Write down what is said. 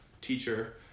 teacher